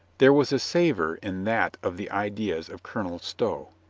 there was a savor in that of the ideas of colonel stow.